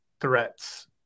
threats